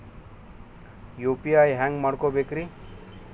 UPI ಹ್ಯಾಂಗ ಮಾಡ್ಕೊಬೇಕ್ರಿ?